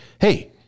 Hey